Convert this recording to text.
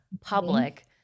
public